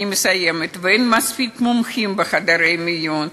ואין מספיק מומחים בחדרי מיון,